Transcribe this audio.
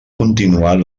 continuat